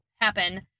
happen